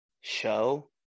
show